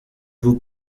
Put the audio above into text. vous